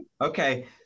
Okay